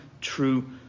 true